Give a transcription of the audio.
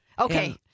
Okay